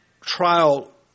trial